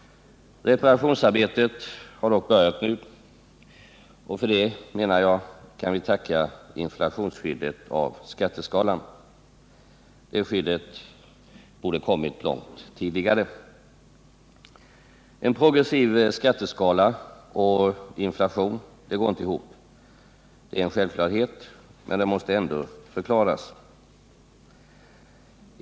Reparationsarbetet har dock nu börjat. Jag menar att vi kan tacka inflationsskyddet av skatteskalan för detta. Det skyddet borde ha kommit långt tidigare. En progressiv skatteskala och inflation går inte ihop. Det är ju en självklarhet, men den måste ändå förklaras.